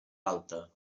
alta